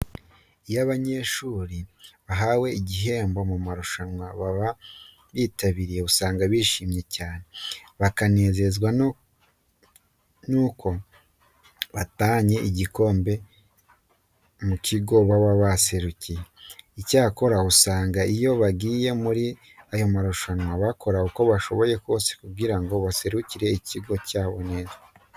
Iyo abanyeshuri bahawe ibihembo mu marushanwa baba bitabiriye, usanga bishimye cyane kandi bakanezezwa nuko batahanye igikombe mu kigo baba baje bahagarariye. Icyakora usanga iyo bagiye muri aya marushanwa bakora uko bashoboye kose kugira ngo baserukire ikigo cyabo neza.